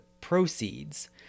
proceeds